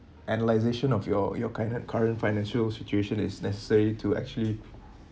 analyzation of your your kind of current financial situation is necessary to actually